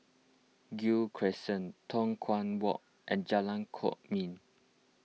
Gul Crescent Tua Kong Walk and Jalan Kwok Min